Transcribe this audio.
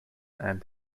and